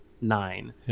nine